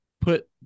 put